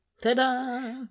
Ta-da